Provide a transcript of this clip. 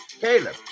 Caleb